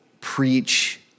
preach